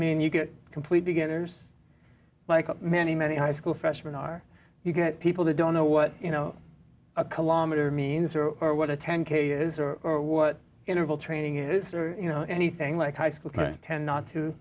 mean you get complete beginners like many many high school freshman are you get people who don't know what you know a kilometer means or or what a ten k is or what interval training is you know anything like high school kids tend not to